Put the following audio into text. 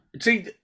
see